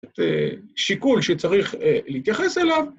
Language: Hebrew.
שיקול שצריך להתייחס אליו.